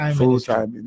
full-time